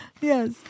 Yes